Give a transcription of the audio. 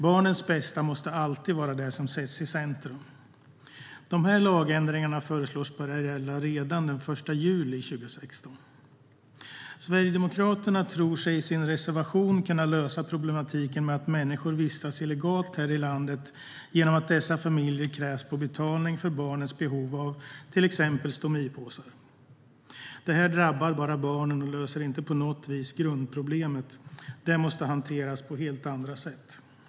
Barnens bästa måste alltid vara det som sätts i centrum. Dessa lagändringar föreslås börja gälla redan den 1 juli 2016. Sverigedemokraterna tror sig i sin reservation kunna lösa problematiken med att människor vistas illegalt här i landet genom att dessa familjer krävs på betalning för barnens behov av till exempel stomipåsar. Det drabbar bara barnen och löser inte på något vis grundproblemet. Det måste hanteras på helt andra sätt.